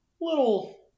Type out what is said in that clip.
little